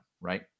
right